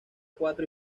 cuatro